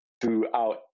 throughout